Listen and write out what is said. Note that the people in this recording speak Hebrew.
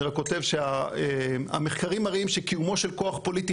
אני רק כותב שהמחקרים מראים שקיומו של כוח פוליטי